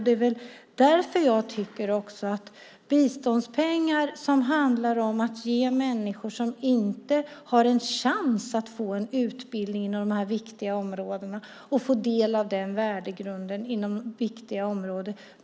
Det är väl därför jag också tycker att biståndspengar handlar om att ge människor som inte har en chans att få en utbildning inom de här vik-tiga områdena möjlighet att få del av den värdegrunden inom viktiga områden.